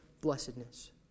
Blessedness